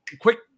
quick